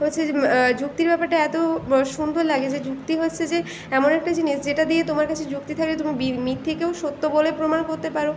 হচ্ছে যে যুক্তির ব্যাপারটা এতো বা সুন্দর লাগে যে যুক্তি হচ্ছে যে এমন একটা জিনিস যেটা দিয়ে তোমার কাছে যুক্তি থাকলে তুমি বি মিথ্যেকেও সত্য বলে প্রমাণ করতে পারো